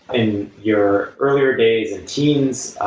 in your earlier days and teens,